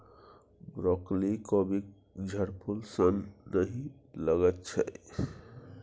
broccoli कोबीक झड़फूल सन नहि लगैत छै